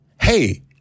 Hey